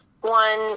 one